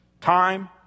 time